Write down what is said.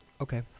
Okay